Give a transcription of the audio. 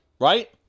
right